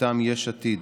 מטעם יש עתיד,